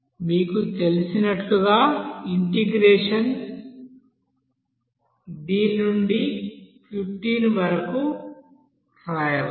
మీకు తెలిసినట్లుగా integration dnn dn20n 20 నుండి 15 వరకు వ్రాయవచ్చు